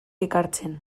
ekartzen